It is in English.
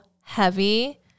heavy